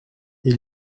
ils